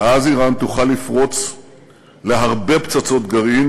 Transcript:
ואז איראן תוכל לפרוץ להרבה פצצות גרעין